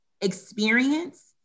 experience